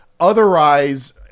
Otherwise